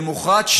למוחרת,